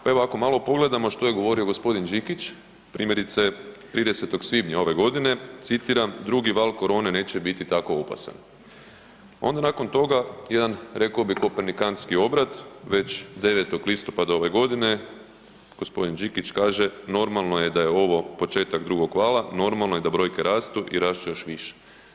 Pa evo ako malo pogledamo što je govorio gospodin Đikić primjerice 30. svibnja ove godine citiram: „Drugi val korone neće biti tako opasan.“ Onda nakon toga jedan rekao bih Kopernikantski već 9. listopada ove godine gospodin Đikić kaže, normalno je da je ovo početak drugog vala, normalno je da brojke rastu i rast će još više.